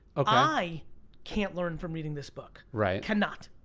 ah i can't learn from reading this book. right. cannot,